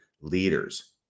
leaders